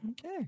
Okay